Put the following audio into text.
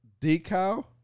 decal